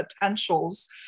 potentials